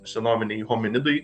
senoviniai hominidai